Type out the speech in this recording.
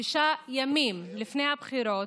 שישה ימים לפני הבחירות,